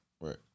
right